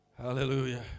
Hallelujah